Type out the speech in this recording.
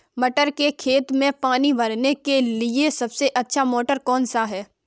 मटर के खेत में पानी भरने के लिए सबसे अच्छा मोटर कौन सा है?